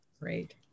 Great